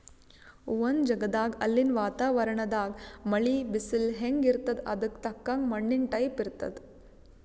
ಒಂದ್ ಜಗದಾಗ್ ಅಲ್ಲಿನ್ ವಾತಾವರಣದಾಗ್ ಮಳಿ, ಬಿಸಲ್ ಹೆಂಗ್ ಇರ್ತದ್ ಅದಕ್ಕ್ ತಕ್ಕಂಗ ಮಣ್ಣಿನ್ ಟೈಪ್ ಇರ್ತದ್